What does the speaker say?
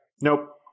nope